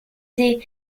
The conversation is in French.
des